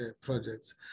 projects